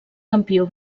campió